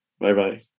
Bye-bye